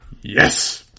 Yes